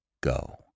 go